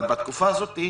אבל בתקופה הזאת,